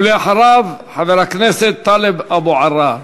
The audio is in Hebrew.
ואחריו, חבר הכנסת טלב אבו עראר.